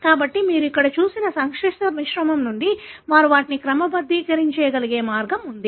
కాబట్టి మీరు ఇక్కడ చూసిన సంక్లిష్ట మిశ్రమం నుండి వారు వాటిని క్రమబద్ధీకరించగలిగే మార్గం ఇది